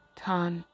tan